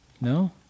No